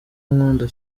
ankunda